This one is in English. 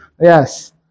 Yes